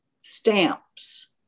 Stamps